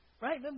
Right